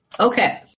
Okay